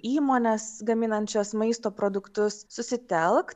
įmones gaminančias maisto produktus susitelkt